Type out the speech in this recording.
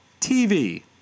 TV